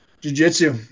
jiu-jitsu